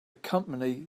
company